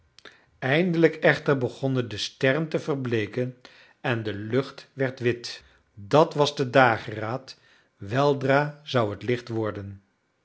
eindelijk echter begonnen de sterren te verbleeken en de lucht werd wit dat was de dageraad weldra zou het licht worden